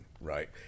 right